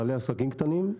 בעלי עסקים קטנים,